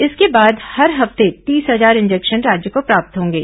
इसके बाद हर हफ्ते तीस हजार इंजेक्शन राज्य को प्राप्त होंगे